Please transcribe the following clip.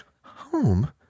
home